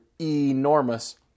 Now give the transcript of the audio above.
enormous